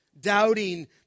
Doubting